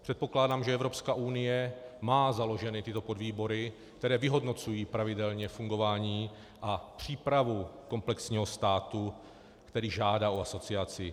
Předpokládám, že Evropská unie má založeny tyto podvýbory, které vyhodnocují pravidelně fungování a přípravu komplexního státu, který žádá o asociaci.